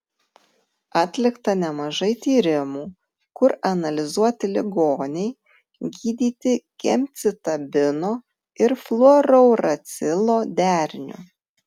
atlikta nemažai tyrimų kur analizuoti ligoniai gydyti gemcitabino ir fluorouracilo deriniu